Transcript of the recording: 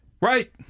Right